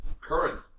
current